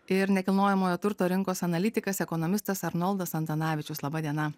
ir nekilnojamojo turto rinkos analitikas ekonomistas arnoldas antanavičius laba diena